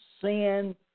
sin